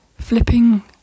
flipping